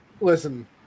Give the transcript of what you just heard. Listen